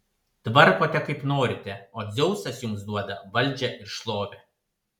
tvarkote kaip norite o dzeusas jums duoda valdžią ir šlovę